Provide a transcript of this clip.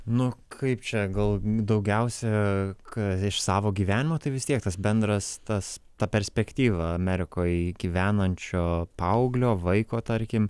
nu kaip čia gal daugiausia ka iš savo gyvenimo tai vis tiek tas bendras tas ta perspektyva amerikoj gyvenančio paauglio vaiko tarkim